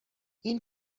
این